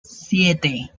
siete